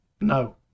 No